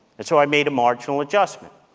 and so i made a marginal adjustment.